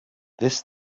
this